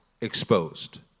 exposed